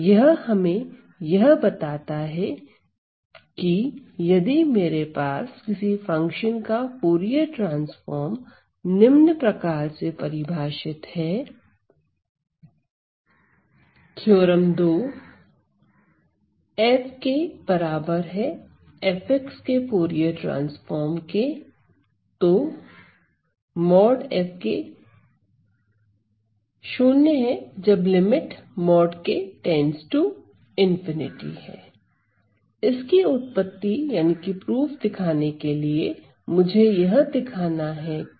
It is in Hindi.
यह हमें यह बताता है कि यदि मेरे पास किसी फंक्शन का फूरिये ट्रांसफॉर्म निम्न प्रकार से परिभाषित है थ्योरम 2 इसकी उत्पत्ति दिखाने के लिए मुझे यह दिखाना है की